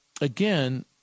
again